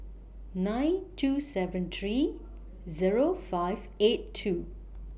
nine two seven three Zero five eight two